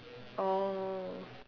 oh